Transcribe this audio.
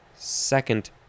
Second